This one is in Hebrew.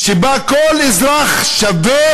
שבה כל אזרח שווה,